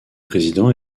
président